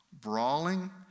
brawling